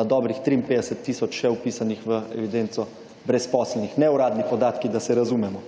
na dobrih 53 tisoč še vpisanih v evidenco brezposelnih. Neuradni podatki, da se razumemo.